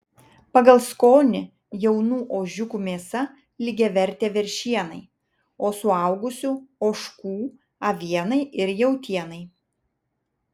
pagal skonį jaunų ožiukų mėsa lygiavertė veršienai o suaugusių ožkų avienai ir jautienai